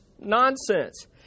nonsense